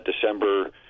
December